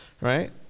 Right